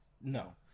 No